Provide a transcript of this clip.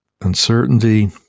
uncertainty